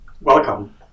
Welcome